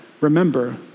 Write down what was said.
remember